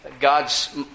God's